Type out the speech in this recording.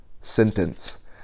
sentence